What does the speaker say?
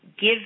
give